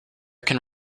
can